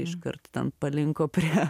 iškart ten palinko prie